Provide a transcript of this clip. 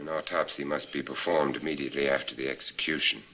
you know autopsy must be performed immediately after the execution